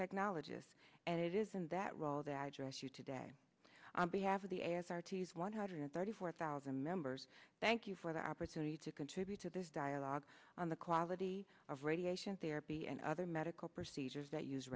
technologist and it is in that role that address you today on behalf of the heirs are to use one hundred thirty four thousand members thank you for the opportunity to contribute to this dialogue on the quality of radiation therapy and other medical procedures that use